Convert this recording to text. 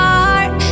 heart